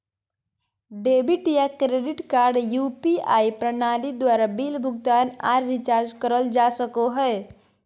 debit या credit card UPI प्रणाली द्वारा बिल भुगतान आर रिचार्ज करल जा सको हय